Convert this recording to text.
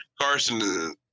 Carson